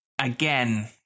again